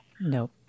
Nope